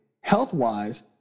health-wise